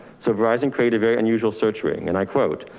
so verizon create a very unusual search ring and i quote,